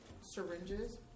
syringes